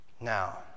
Now